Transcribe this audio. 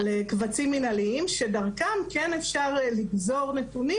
על קבצים מנהליים שדרכם כן אפשר לגזור נתונים